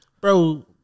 Bro